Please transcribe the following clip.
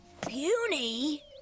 Puny